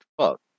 Fuck